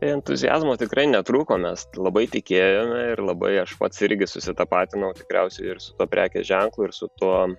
entuziazmo tikrai netrūko mes labai tikėjome ir labai aš pats irgi susitapatinau tikriausiai ir su tuo prekės ženklu ir su tuo